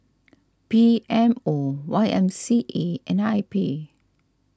P M O Y M C A and I P